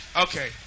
Okay